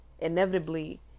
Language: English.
inevitably